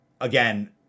again